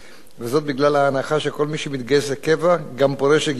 וזאת בגלל ההנחה שכל מי שמתגייס לקבע גם פורש לגמלאות,